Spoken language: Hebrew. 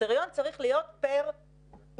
הקריטריון צריך להיות פר מועמד.